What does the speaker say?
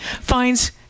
finds